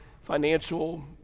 financial